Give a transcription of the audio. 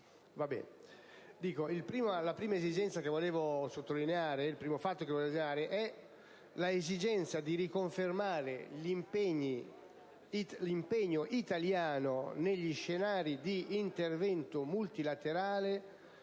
In primo luogo, desidero sottolineare l'esigenza di riconfermare l'impegno italiano negli scenari di intervento multilaterale